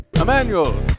Emmanuel